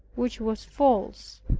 which was false.